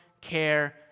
care